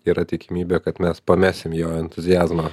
yra tikimybė kad mes pamesim jo entuziazmą